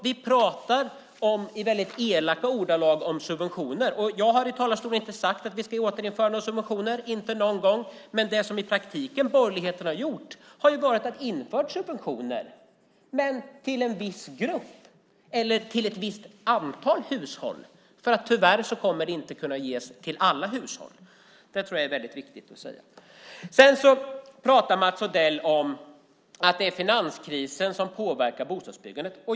Vi talar alltså i väldigt elaka ordalag om subventioner. Jag har i talarstolen inte någon gång sagt att vi ska återinföra några subventioner. Men det som borgerligheten i praktiken har gjort är att införa subventioner, men till en viss grupp eller till ett visst antal hushåll. Tyvärr kommer det inte att kunna ges till alla hushåll. Det tror jag är väldigt viktigt att säga. Mats Odell talar om att det är finanskrisen som påverkar bostadsbyggandet.